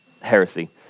heresy